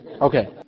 Okay